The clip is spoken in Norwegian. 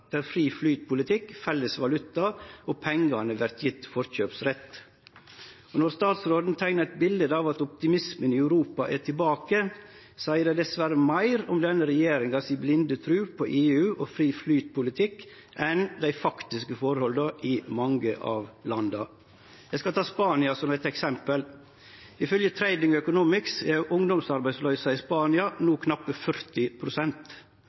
der fri-flyt-politikk, felles valuta og pengane vert gjevne forkjøpsrett. Når utanriksministeren teiknar eit bilete av at optimismen i Europa er tilbake, seier det dessverre meir om denne regjeringa si blinde tru på EU og fri-flyt-politikk enn om dei faktiske forholda i mange av landa. Eg skal ta Spania som eit eksempel. Ifylgje Trading Economics er ungdomsarbeidsløysa i Spania